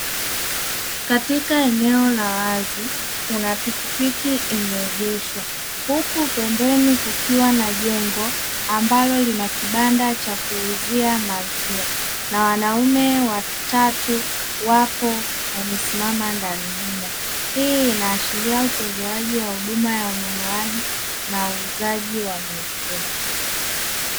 Katika eneo la wazi kuna pikipiki imeegeshwa huku pembeni kukiwa na jengo ambalo lina kibanda cha kuuzia maziwa na wanaume watatu wapo wamesimama ndani humo. Hii inaashiria utolewaji wa huduma ununuaji na uuzaji wa maziwa.